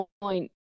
point